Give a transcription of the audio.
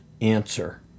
answer